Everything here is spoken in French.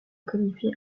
qualifié